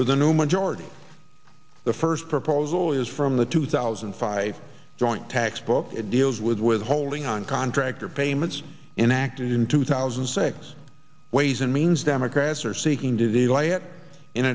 with the new majority the first proposal is from the two thousand and five joint textbook it deals with with holding on contractor payments enacted in two thousand and six ways and means democrats are seeking